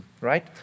right